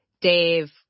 Dave